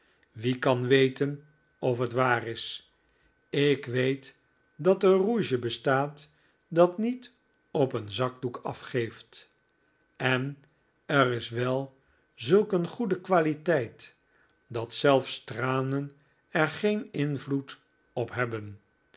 wie kan weten of het waar is ik weet dat er rouge bestaat dat niet op een zakdoek afgeeft en er is wel zulk een goede kwaliteit dat zelfs tranen er geen invloed op hebben